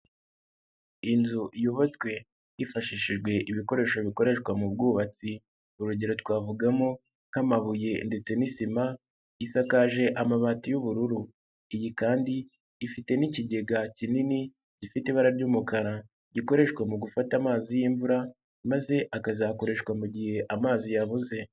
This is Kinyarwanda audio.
Inzu yubatswe hifashishijwe ibikoresho bikoreshwa mu bwubatsi urugero twavugamo nk'amabuye ndetse n'isima, isakaje amabati y'ubururu, iyi kandi ifite n'ikigega kinini gifite ibara ry'umukara gikoreshwa mu gufata amazi y'imvura maze akazakoreshwa mu gihe amazi yabuze.